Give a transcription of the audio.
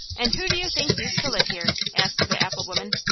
and who do you think used to live here? asked the apple-woman.